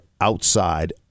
outside